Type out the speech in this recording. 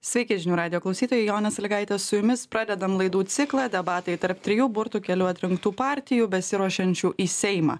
sveiki žinių radijo klausytojai jonė salygaitė su jumis pradedam laidų ciklą debatai tarp trijų burtų keliu atrinktų partijų besiruošiančių į seimą